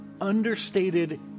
understated